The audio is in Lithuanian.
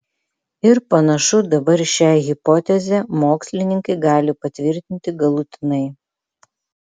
ir panašu dabar šią hipotezę mokslininkai gali patvirtinti galutinai